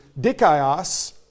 dikaios